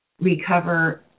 recover